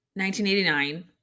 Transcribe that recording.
1989